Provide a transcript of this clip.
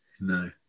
No